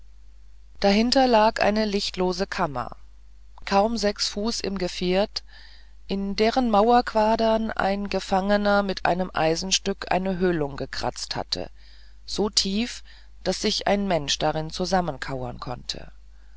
dahinter lag eine lichtlose kammer kaum sechs fuß im geviert in deren mauerquadern ein gefangener mit einem eisenstück eine höhlung gekratzt hatte so tief daß sich ein mensch darin zusammenkauern konnte